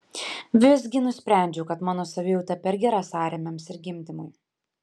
visgi nusprendžiau kad mano savijauta per gera sąrėmiams ir gimdymui